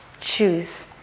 choose